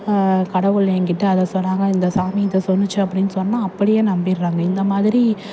கடவுள் என்கிட்ட அதை சொன்னாங்க இந்த சாமி இதை சொன்னுச்சு அப்படின்னு சொன்னால் அப்படியே நம்பிடுறாங்க இந்த மாதிரி